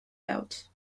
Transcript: out